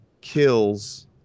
kills